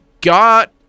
got